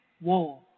war